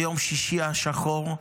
ביום שישי השחור,